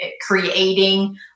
creating